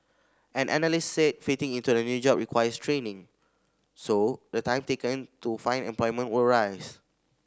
an analyst said fitting into a new job requires training so the time taken to find employment will rise